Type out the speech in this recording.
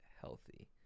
healthy